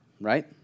right